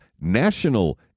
national